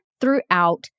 throughout